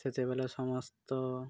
ସେତେବେଳେ ସମସ୍ତ